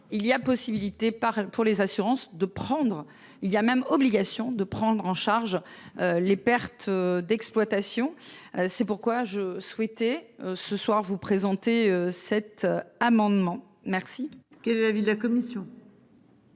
il y a possibilité par pour les assurances de prendre il y a même obligation de prendre en charge les pertes d'exploitation. C'est pourquoi j'ai souhaité ce soir vous présenter cet amendement merci qu'est la ville la commission.